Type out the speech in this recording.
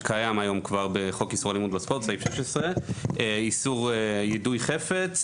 שקיים היום כבר בחוק איסור אלימות בספורט סעיף 16. איסור יידוי חפץ,